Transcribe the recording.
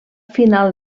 final